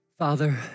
Father